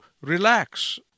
relax